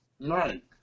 Right